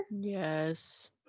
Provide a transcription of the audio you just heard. yes